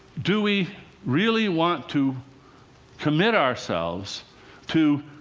do we really want to commit ourselves to